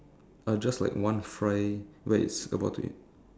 uh just like one fry where it's about to eat